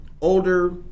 Older